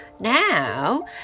Now